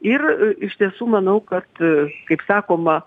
ir iš tiesų manau kad kaip sakoma